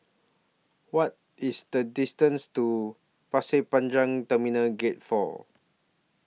What IS The distance to Pasir Panjang Terminal Gate four